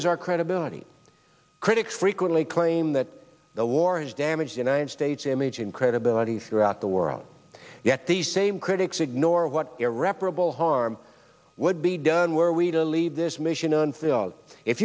too is our credibility critics frequently claim that the war has damaged united states image in credibility throughout the world yet these same critics ignore what irreparable harm would be done were we to leave this